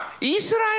Israel